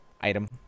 item